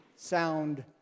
sound